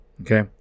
okay